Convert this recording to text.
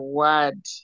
word